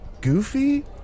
Goofy